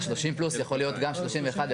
+30 יכול להיות גם 31,